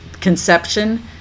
conception